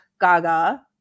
Gaga